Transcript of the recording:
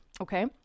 okay